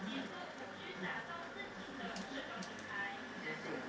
you